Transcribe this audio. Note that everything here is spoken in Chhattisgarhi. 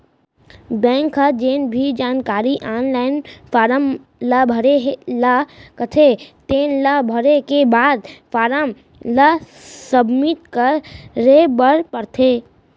बेंक ह जेन भी जानकारी आनलाइन फारम ल भरे ल कथे तेन ल भरे के बाद फारम ल सबमिट करे बर परथे